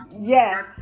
yes